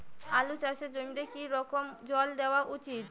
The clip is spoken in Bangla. আলু চাষের জমিতে কি রকম জল দেওয়া উচিৎ?